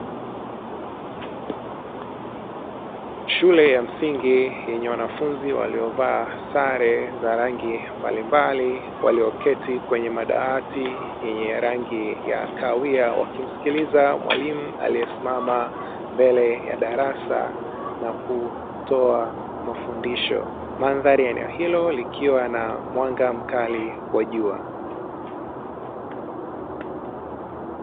Shule ya msingi yenye wanafunzi waliovaa sare za rangi mbalimbali, walioketi kwenye madawati yenye rangi ya kawia wakimsikiliza mwalimu aliyesimama mbele ya darasa na kutoa mafundisho, mandhari ya eneo hilo likiwa na mwanga mkali wa jua.